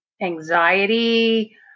anxiety